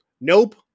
Nope